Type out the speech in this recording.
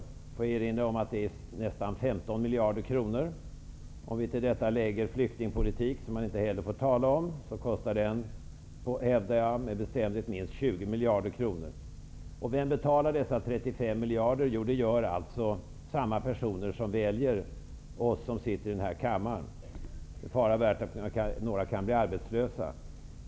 Jag vill då erinra om att biståndet uppgår till nästan 15 miljarder kronor. Till detta kan man lägga kostnaderna för flyktingpolitiken -- som man inte heller får tala om --, vilka jag med bestämdhet hävdar uppgår till minst 20 miljarder kronor. Och vem är det som betalar dessa 35 miljarder kronor? Jo, det gör samma personer som väljer oss ledamöter i denna kammare. Det är fara värt att några av oss kan bli arbetslösa.